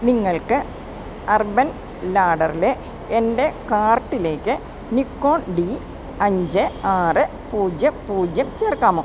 നിങ്ങൾക്ക് അർബൺ ലാഡറിലെ എൻ്റെ കാർട്ടിലേക്ക് നിക്കോൺ ഡി അഞ്ച് ആറ് പൂജ്യം പൂജ്യം ചേർക്കാമോ